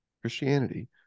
Christianity